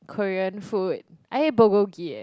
Korean food I ate bulgogi eh